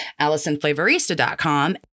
allisonflavorista.com